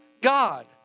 God